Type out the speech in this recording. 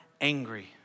angry